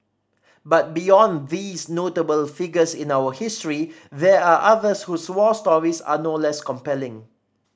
but beyond these notable figures in our history there are others whose war stories are no less compelling